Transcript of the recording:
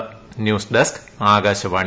ക news desk Akashvani